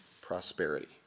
prosperity